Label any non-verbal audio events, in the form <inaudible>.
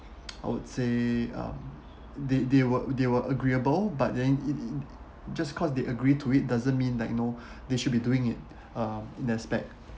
<noise> I would say um they they were they were agreeable but then it it it just cause they agree to it doesn't mean like no <breath> they should be doing it <breath> uh in the aspect